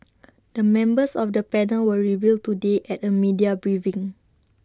the members of the panel were revealed today at A media briefing